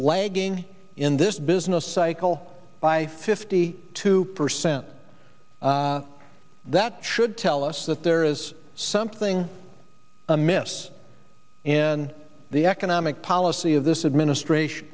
lagging in this business cycle by fifty two percent that should tell us that there is something amiss in the economic policy of this administration